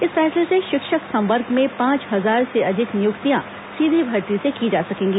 इस फैसले से शिक्षक संवर्ग में पांच हजार से अधिक नियुक्तियां सीधी भर्ती से की जा सकेंगी